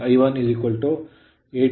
I2 I1 8